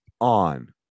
on